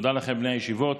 תודה לכם, בני הישיבות,